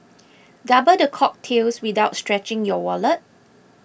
double the cocktails without stretching your wallet